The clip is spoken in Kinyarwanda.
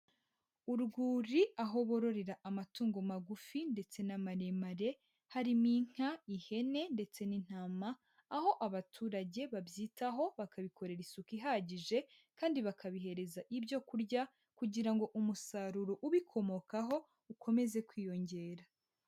Urwuri aho bororera amatungo magufi ndetse n'amaremare, harimo inka, ihene, ndetse n'intama, aho abaturage babyitaho, bakabikorera isuku ihagije, kandi bakabihereza ibyo kurya, kugira ngo umusaruro ubikomokaho ukomeze kwiyongera.